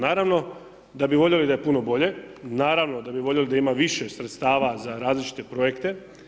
Naravno da bi voljeli da je puno bolje, naravno da bi voljeli da ima više sredstava za različite projekte.